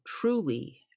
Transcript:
truly